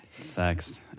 sucks